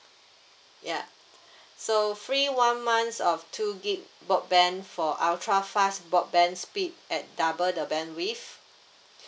ya so free one months of two gig broadband for ultra fast broadband speed at double the bandwidth